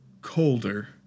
colder